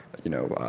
you know,